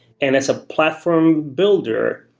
and as a platform builder,